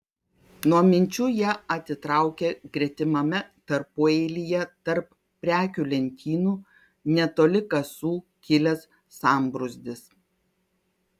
nuo minčių ją atitraukė gretimame tarpueilyje tarp prekių lentynų netoli kasų kilęs sambrūzdis